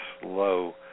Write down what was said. slow